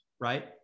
Right